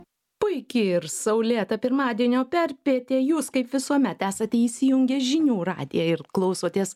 puiki ir saulėta pirmadienio perpietė jūs kaip visuomet esate įsijungę žinių radiją ir klausotės